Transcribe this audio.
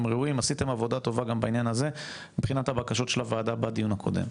הם ראויים ועשיתם עבודה טובה מבחינת הבקשות של הוועדה בדיון הקודם,